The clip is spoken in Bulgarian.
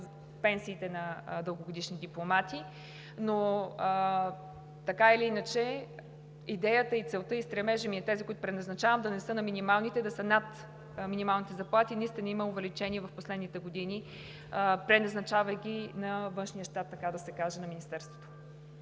пенсиите на дългогодишни дипломати. Така или иначе идеята, целта и стремежът ми е тези, които преназначавам, да не са на минималните, да са над минималните заплати. Наистина през последните години има увеличение, преназначавайки външния щат, така да се каже, на Министерството.